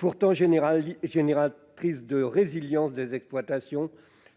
Celle-ci contribue pourtant à la résilience des exploitations